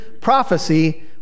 prophecy